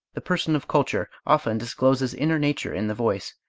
the person of culture, often discloses inner nature in the voice,